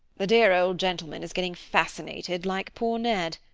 the dear old gentleman is getting fascinated, like poor ned.